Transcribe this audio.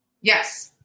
Yes